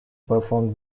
performed